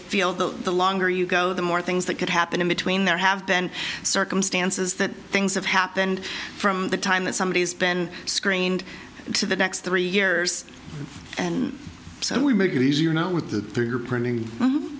feel that the longer you go so the more things that could happen in between there have been circumstances that things have happened from the time that somebody has been screened to the next three years and so we make it easier now with the printing